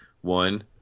One